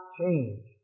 change